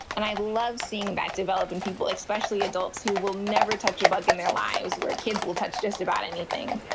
and i love seeing that develop in people, especially adults who will never touch a bug in their lives, where kids will touch just about anything,